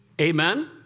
Amen